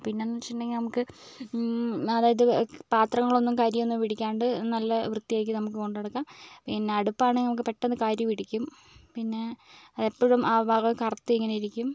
പിന്നന്ന് വച്ചിട്ടുണ്ടെങ്കിൽ നമുക്ക് അതായത് പാത്രങ്ങളൊന്നും കരിയൊന്നും പിടിക്കാണ്ട് നല്ല വൃത്തിയാക്കി നമുക്ക് കൊണ്ട് നടക്കാം പിന്ന അടുപ്പാണങ്കിൽ നമുക്ക് പെട്ടെന്ന് കരി പിടിക്കും പിന്നെ എപ്പോഴും ആ ഭാഗം കറുത്ത് ഇങ്ങനെ ഇരിക്കും